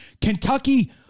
Kentucky